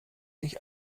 sich